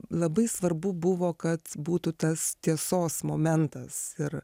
labai svarbu buvo kad būtų tas tiesos momentas ir